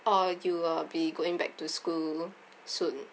or you will be going back to school soon